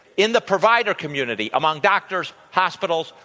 in the provider community, among doctors, hospitals,